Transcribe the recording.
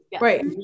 right